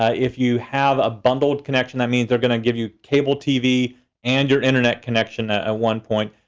ah if you have a bundled connection, that means they're gonna give you cable tv and your internet connection at one point.